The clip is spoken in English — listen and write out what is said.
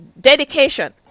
dedication